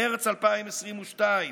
מרץ 2022,